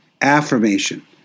Affirmation